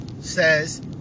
says